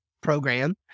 program